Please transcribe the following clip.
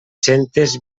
centes